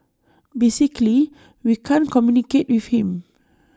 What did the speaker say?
basically we can't communicate with him